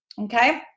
Okay